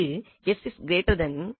இங்கு s in 2